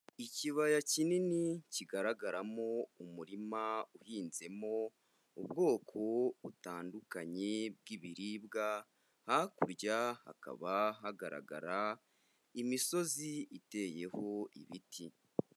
Ikibaya kinini kigaragaramo umurima uhinzemo ubwoko butandukanye bw'ibiribwa, hakurya hakaba hagaragara imisozi iteyeho ibiti.